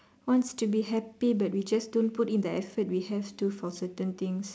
wants to be happy but we just don't put in the effort we have to for certain things